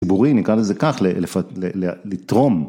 ציבורי נקרא לזה כך לתרום